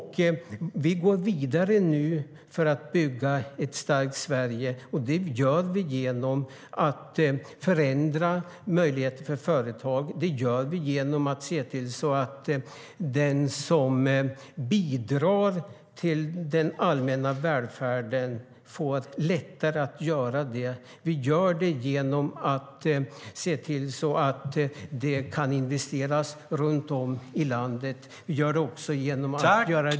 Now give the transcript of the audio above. Vi går nu vidare för att bygga ett starkt Sverige, och det gör vi genom att vi förändrar möjligheter för företag och genom att se till att den som bidrar till den allmänna välfärden får lättare att göra det. Vi gör det också genom att se till att det kan investeras runt om i landet.